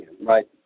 Right